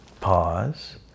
Pause